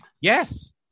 yes